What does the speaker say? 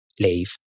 Leave